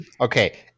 okay